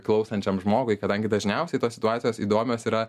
klausančiam žmogui kadangi dažniausiai tos situacijos įdomios yra